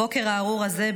בבוקר הארור הזה,